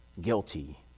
guilty